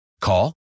Call